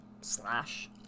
slash